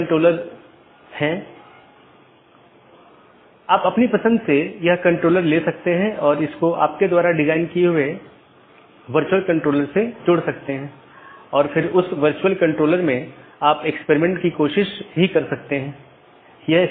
और BGP protocol के तहत एक BGP डिवाइस R6 को EBGP के माध्यम से BGP R1 से जुड़ा हुआ है वहीँ BGP R3 को BGP अपडेट किया गया है और ऐसा ही और आगे भी है